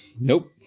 nope